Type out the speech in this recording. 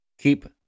Keep